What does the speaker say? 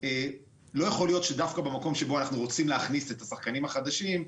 לא יכול להיות שדווקא במקום שבו אנחנו רוצים להכניס את השחקנים החדשים,